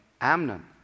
Amnon